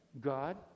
God